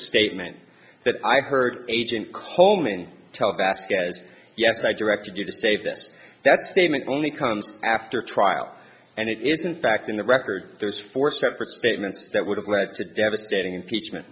statement that i heard agent coleman tell vasquez yes i directed you to save this that statement only comes after trial and it is in fact in the record those four separate statements that would have led to devastating impeachment